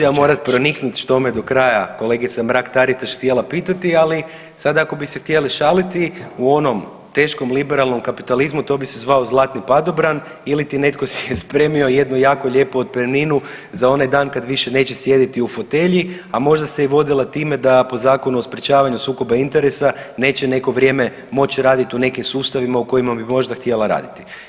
Sad ću ja morat proniknut što me do kraja kolegica Mrak-Taritaš htjela pitati, ali sada ako bi se htjeli šaliti u onom teškom liberalnom kapitalizmu to bi se zvao zlatni padobran iliti netko si je spremio jednu jako lijepu otpremninu za onaj dan kad više neće sjediti u fotelji, a možda se i vodila time da po Zakonu o sprječavanju sukoba interesa neće neko vrijeme moći raditi u nekim sustavima u kojima bi možda htjela raditi.